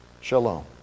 Shalom